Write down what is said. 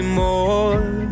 more